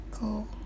go